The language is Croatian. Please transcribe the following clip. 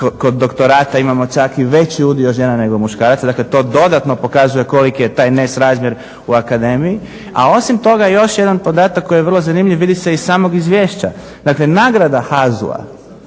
kod doktorata imamo čak i veći udio žena nego muškaraca. Dakle to dodatno pokazuje koliki je taj nesrazmjer u akademiji. A osim toga još jedan podatak koji je vrlo zanimljiv vidi se iz samog izvješća. Dakle, nagrada HAZU-a